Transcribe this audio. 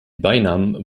beinamen